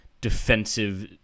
defensive